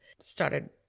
started